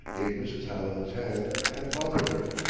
gave mrs. hallam his hand, and followed her.